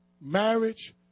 marriage